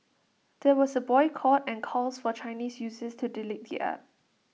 there was A boycott and calls for Chinese users to delete the app